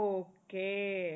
okay